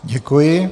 Děkuji.